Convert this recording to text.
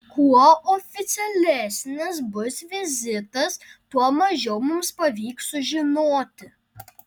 kuo oficialesnis bus vizitas tuo mažiau mums pavyks sužinoti